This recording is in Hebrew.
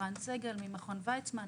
ערן סגל ממכון ויצמן,